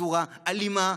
בצורה אלימה,